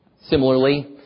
Similarly